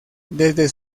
desde